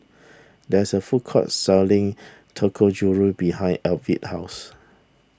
there is a food court selling Dangojiru behind Avie's house